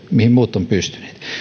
mihin muut ovat pystyneet